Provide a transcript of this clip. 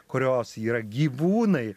kurios yra gyvūnai